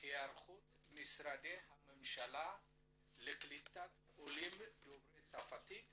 הערכות משרדי הממשלה לקליטת עולים דוברי צרפתית